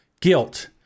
guilt